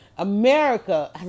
America